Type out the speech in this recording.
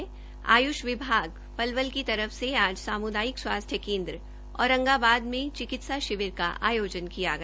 इसी कड़ी में आयुष विभाग पलवल की तरफ से आज सामुदायिक स्वास्थ्य केंद्र औरंगाबाद में चिकित्सा शिविर का आयोजन किया गया